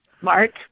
Mark